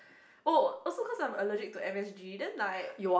oh also cause like I am allergic to M_S_G then like